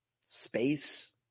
space